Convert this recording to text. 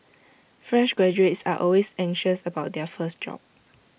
fresh graduates are always anxious about their first job